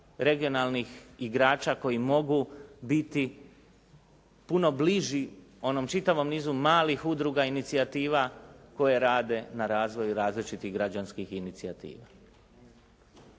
regionalnih igrača koji mogu biti puno bliži onom čitavom nizu malih udruga i inicijativa koje rade na razvoju različitih građanskih inicijativa.